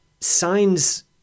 Signs